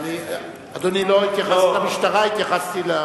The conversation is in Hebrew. אדוני, לא התייחסתי למשטרה.